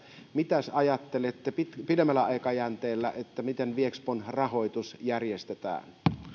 mitäs ajattelette pidemmällä aikajänteellä miten viexpon rahoitus järjestetään